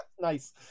Nice